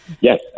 Yes